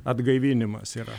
atgaivinimas yra